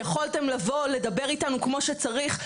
יכולתם לבוא לדבר אתנו כמו שצריך.